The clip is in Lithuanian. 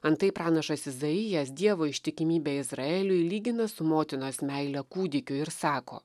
antai pranašas izaijas dievo ištikimybę izraeliui lygina su motinos meile kūdikiui ir sako